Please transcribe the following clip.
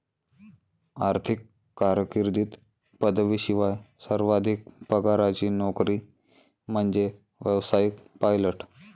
आर्थिक कारकीर्दीत पदवीशिवाय सर्वाधिक पगाराची नोकरी म्हणजे व्यावसायिक पायलट